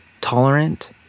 tolerant